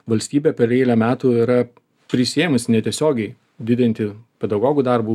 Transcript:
valstybė per eilę metų yra prisiėmusi netiesiogiai didinti pedagogų darbų